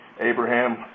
Abraham